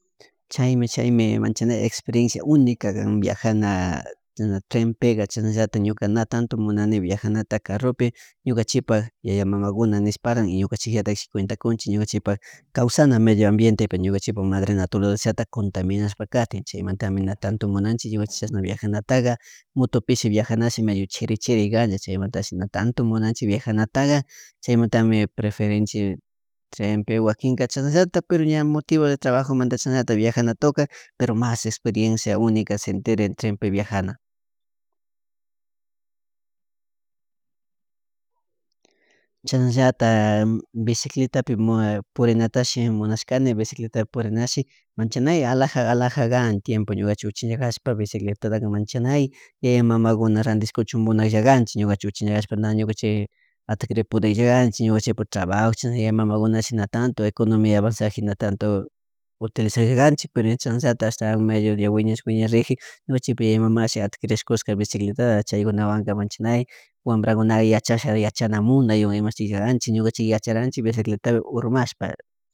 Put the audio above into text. Chay chaymi manchanay experecnia unica kan viajana china trenpeka chashnallatik ñuka mana tanto munani vjianata carrupi ñukañukanchipa yaya mamakuna nishparan ñukanchiklla ña cuentacunchik ñukanchik medio ambiente ñukanchipak madre naturalezata contaminashpaka katin chaymantami mana tanto munanchik ñukanchik chakna viajanataka mutupishi viajanashi medio chiri chiri can chaymuntash mana tanto munanchik vijanataga chaymuntami preferenche chaypi wakinka chashnallatik pero ña motivo de trabajomanta shinallatik viajantik tukan pero mas experencia unica sentirin treenpi viajan. Chanallatak bicicletapi mu purinatashi munashkani becicletapi purinashi manchanay alaja alaja kan tiempo ñuka uchichaspapish bicicletata manchanay yaya mamakuna randishkuchun munaklla kanchik ñukanchik uchilla na ñucanhik adquid pudirkra canchik trabajo china nikpi ñukanchik mama kuna tanto economia avanzakpi mana tanto utilizak kanchik pero chasnallatak ashtan medio ña wiñashpa ña riji nukanchi yaya mamshi adquirishkushka bicicletata chyacunawan wambrakuna yachasha yachanamunaywan imastik canchik ñukanchik yacharanchik bicicletapi urmashpa